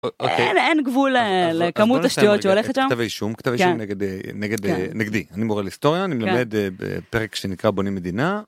אין גבול לכמות השטויות שהולכת שם. כתב אישום נגדי אני מורה להיסטוריה אני מלמד פרק שנקרא בונים מדינה.